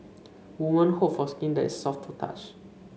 women hope for skin that is soft to the touch